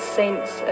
saints